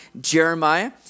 Jeremiah